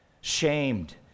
shamed